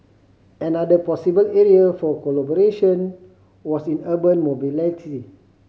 another possible area for collaboration was in urban mobility